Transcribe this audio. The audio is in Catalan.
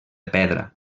pedra